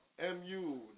MU